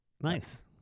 Nice